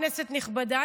כנסת נכבדה,